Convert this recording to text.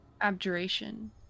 Abjuration